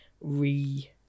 re